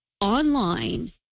online